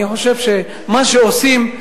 אני חושב שמה שעושים,